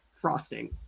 frosting